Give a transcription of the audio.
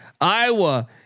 Iowa